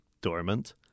dormant